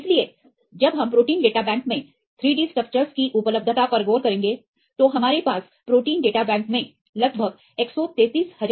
इसलिए जब हम प्रोटीन डेटा बैंक में 3Dस्ट्रक्चर्स की उपलब्धता पर गौर करेंगे तो हमारे पास प्रोटीन डेटा बैंक में लगभग 133 हजार स्ट्रक्चर्स होंगे